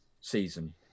season